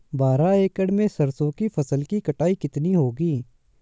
बारह एकड़ में सरसों की फसल की कटाई कितनी होगी?